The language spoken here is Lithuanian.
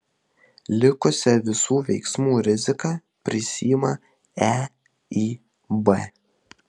likusią visų veiksmų riziką prisiima eib